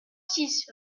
six